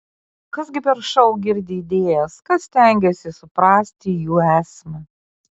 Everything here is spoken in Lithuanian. kas gi per šou girdi idėjas kas stengiasi suprasti jų esmę